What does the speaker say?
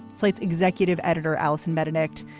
slate's executive editor, allison mednick.